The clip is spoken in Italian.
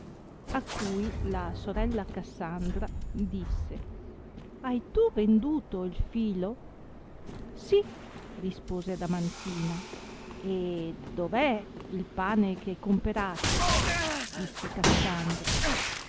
a cui la sorella cassandra disse hai tu venduto il filo sì rispose adamantina e dov è il pane che hai comperato disse cassandra